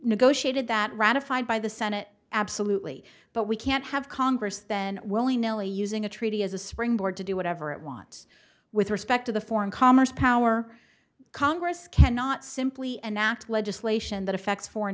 negotiated that ratified by the senate absolutely but we can't have congress then willy nilly using a treaty as a springboard to do whatever it wants with respect to the foreign commerce power congress cannot simply enacted legislation that affects foreign